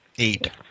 Eight